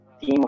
team